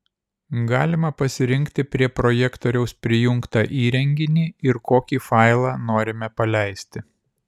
galima pasirinkti prie projektoriaus prijungtą įrenginį ir kokį failą norime paleisti